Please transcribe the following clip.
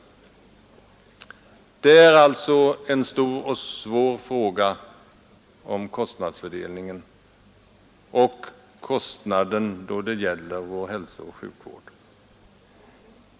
Frågorna om kostnadsfördelningen och kostnaderna för vår hälsooch sjukvård är alltså stora och svårlösta.